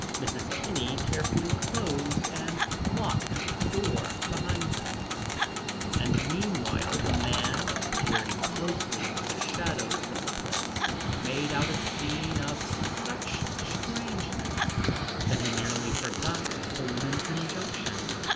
mrs. kinney carefully closed and locked the door behind them and meanwhile the man, peering closely into the shadows of the place, made out a scene of such strangeness that he nearly forgot the woman's injunction.